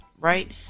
right